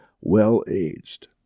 well-aged